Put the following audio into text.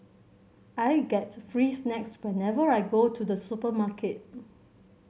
I get free snacks whenever I go to the supermarket